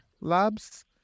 labs